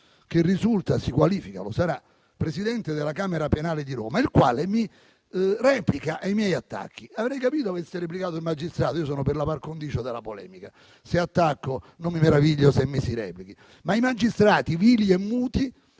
che risulta - così si qualifica, lo sarà - presidente della camera penale di Roma, il quale replica ai miei attacchi. Avrei capito se avesse replicato il magistrato: io sono per la *par condicio* della polemica, se attacco non mi meraviglio che mi si replichi. Ma i magistrati, vili e muti,